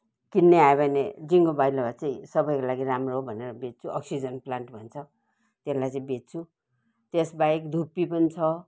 किन्ने आयो भने जिन्कोबायोलोबा चाहिँ सबैको लागि राम्रो हो भनेर बेच्छु अक्सिजन प्लान्ट भन्छ त्यसलाई चाहिँ बेच्छु त्यसबाहेक धुप्पी पनि छ